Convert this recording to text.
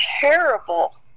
terrible